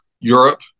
Europe